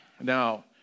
Now